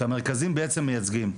כי המרכזים בעצם מייצגים.